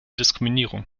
diskriminierung